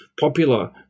popular